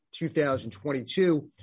2022